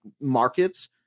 markets